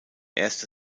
erste